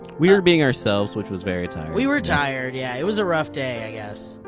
we were being ourselves, which was very tired. we were tired, yeah. it was a rough day, i guess.